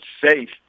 safe